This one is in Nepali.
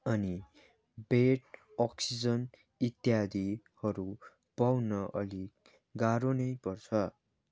अनि बेड अक्सिजन इत्यादिहरू पाउन अलिक गाह्रो नै पर्छ